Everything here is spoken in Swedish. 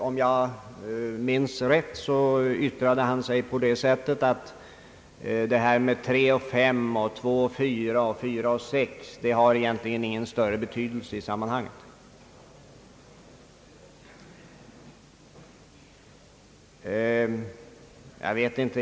Om jag minns rätt, yttrade sig herr Geijer på det sättet att tre och fem år, två och fyra år eller fyra och sex år egentligen inte har någon större betydelse i sammanhanget.